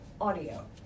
audio